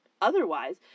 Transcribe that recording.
otherwise